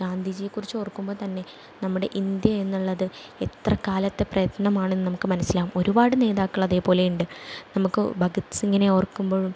ഗാന്ധിജിയെക്കുറിച്ച് ഓർക്കുമ്പോൾ തന്നെ നമ്മുടെ ഇന്ത്യ എന്നുള്ളത് എത്ര കാലത്തേ പ്രയത്നമാണെന്നും നമുക്ക് മനസ്സിലാകും ഒരുപാട് നേതാക്കളതേ പോലെ ഉണ്ട് നമുക്ക് ഭഗത് സിങ്ങിനെ ഓർക്കുമ്പോഴും